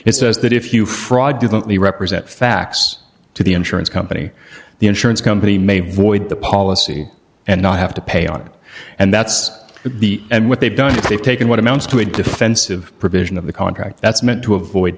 it says that if you fraudulently represent facts to the insurance company the insurance company may void the policy and not have to pay on it and that's the end what they've done is they've taken what amounts to a defensive provision of the contract that's meant to avoid